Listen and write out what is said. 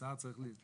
השר צריך להתייעץ?